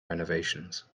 renovations